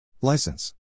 License